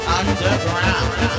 underground